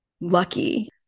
lucky